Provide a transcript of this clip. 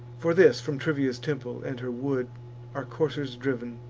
for this, from trivia's temple and her wood are coursers driv'n,